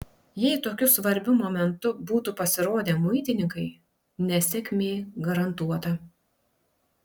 jei tokiu svarbiu momentu būtų pasirodę muitininkai nesėkmė garantuota